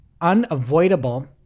unavoidable